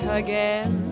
again